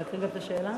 היא לא צריכה להשיב.